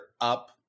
up